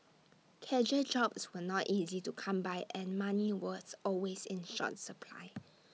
casual jobs were not easy to come by and money was always in short supply